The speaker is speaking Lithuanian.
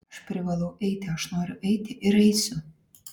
aš privalau eiti aš noriu eiti ir eisiu